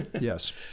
yes